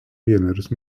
vienerius